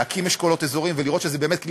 להקים אשכולות אזוריים ולראות שזה באמת כלי